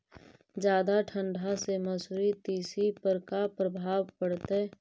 जादा ठंडा से मसुरी, तिसी पर का परभाव पड़तै?